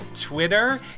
twitter